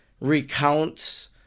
recounts